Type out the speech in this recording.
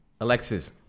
Alexis